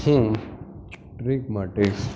હું ટ્રીપ માટે